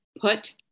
put